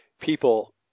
people